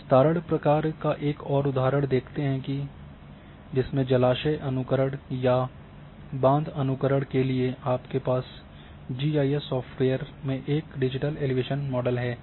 विस्तारण प्रक्रिया का एक और उदाहरण देखते हैं जिसमें जलाशय अनुकरण या बांध अनुकरण के लिए आपके पास जी आई एस सॉफ़्टवेयर में एक डिजिटल एलिवेशन मॉडल है